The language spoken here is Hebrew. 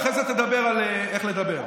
אחרי זה תדבר על איך לדבר.